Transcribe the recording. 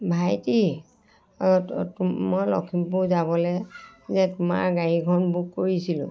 ভাইটি মই লক্ষীমপুৰ যাবলৈ যে তোমাৰ গাড়ীখন বুক কৰিছিলোঁ